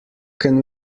can